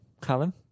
Callum